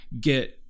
get